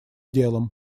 делом